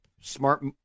smart